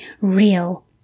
real